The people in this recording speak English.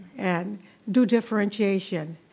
and do differentiation,